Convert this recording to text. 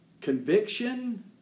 conviction